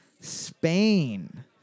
Spain